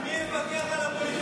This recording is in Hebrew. אז מי יבקר את הפוליטיקאים?